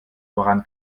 voran